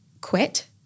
quit